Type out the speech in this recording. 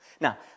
Now